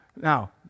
Now